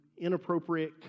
inappropriate